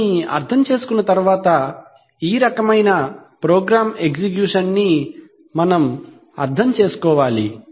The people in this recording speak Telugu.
దానిని అర్థం చేసుకున్న తరువాత ఈ రకమైన ప్రోగ్రామ్ ఎగ్జిక్యూషన్ ని మనం అర్థం చేసుకోవాలి